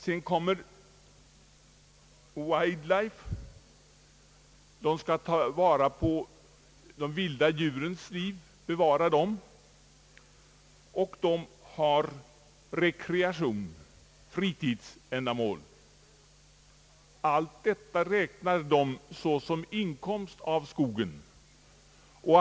Sedan kommer wildlife de skall skydda de vilda djuren och bevara dessa. De har vidare rekreationsoch = fritidsändamål.